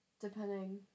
Depending